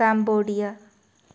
Cambodia